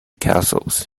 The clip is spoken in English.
castles